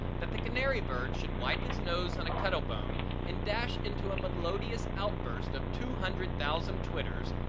that the canary bird should wipe his nose on a cuttle bone and dash into a melodious outburst of two hundred thousand twitters,